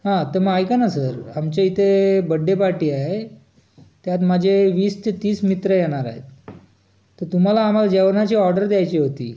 हा तर मग ऐका ना सर आमचे इथे बड्डे पार्टी आहे त्यात माझे वीस ते तीस मित्र येणार आहेत तर तुम्हाला आम्हाला जेवणाची ऑर्डर द्यायची होती